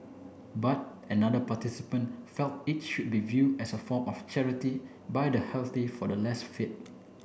but another participant felt it should be viewed as a form of charity by the healthy for the less fit